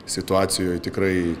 situacijoj tikrai